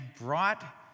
brought